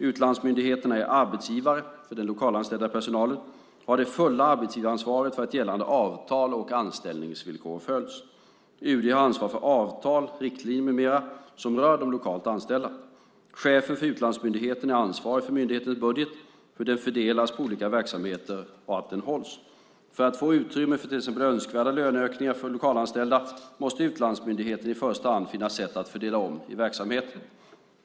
Utlandsmyndigheten är arbetsgivare för den lokalanställda personalen och har det fulla arbetsgivaransvaret för att gällande avtal och anställningsvillkor följs. UD har ansvar för avtal, riktlinjer med mera som rör de lokalt anställda. Chefen för utlandsmyndigheten är ansvarig för myndighetens budget, hur den fördelas på olika verksamheter och att den hålls. För att få utrymme för till exempel önskvärda löneökningar för lokalanställda måste utlandsmyndigheten i första hand finna sätt att fördela om i verksamheten.